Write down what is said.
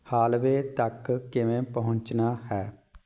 hallway ਤੱਕ ਕਿਵੇਂ ਪਹੁੰਚਣਾ ਹੈ